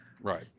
Right